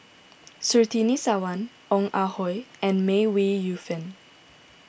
Surtini Sarwan Ong Ah Hoi and May Ooi Yu Fen